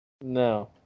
No